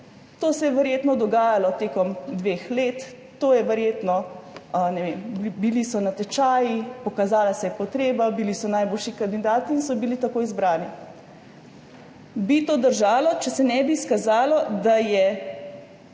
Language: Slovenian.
to se je verjetno dogajalo tekom dveh let, verjetno, ne vem, bili so natečaji, pokazala se je potreba, bili so najboljši kandidati in so bili tako izbrani. To bi držalo, če se ne bi izkazalo, da se